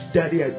Daddy